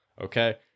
Okay